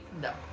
no